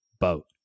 boat